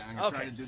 Okay